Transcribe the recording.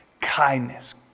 kindness